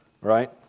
Right